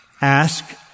Ask